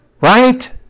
right